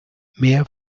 mehr